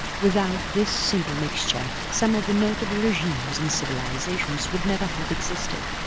without this simple mixture, some of the notable regimes and civilisations would never have existed.